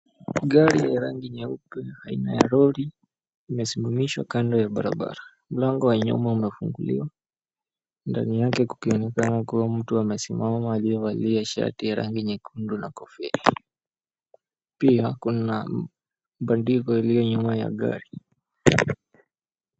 Gari ya rangi nyeupe aina ya lori imesimamishwa kando ya barabara. Mlango wa nyuma umefunguliwa, ndani yake kukionekana kuwa mtu amesimama lile shati ya rangi nyekundu na kofia. Pia kuna bandiko iliyo nyuma ya gari.